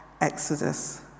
Exodus